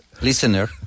listener